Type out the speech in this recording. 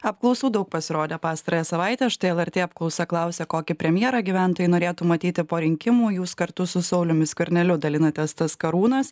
apklausų daug pasirodė pastarąją savaitę štai lrt apklausa klausia kokį premjerą gyventojai norėtų matyti po rinkimų jūs kartu su sauliumi skverneliu dalinatės tas karūnas